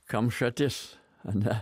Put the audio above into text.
kamšatis ane